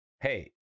Hey